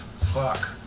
fuck